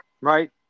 Right